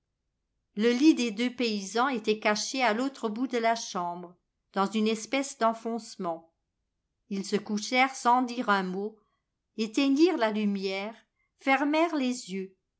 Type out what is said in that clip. le lit des deux paysans était caché à l'autre bout de la chambre dans une espèce d'enfoncement ils se couchèrent sans dire un mot éteignirent la lumière fermèrent les yeux